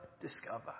discover